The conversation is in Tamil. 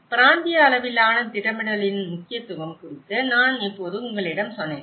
பிராந்திய அளவிலான திட்டமிடலின் முக்கியத்துவம் குறித்து நான் இப்போது உங்களிடம் சொன்னேன்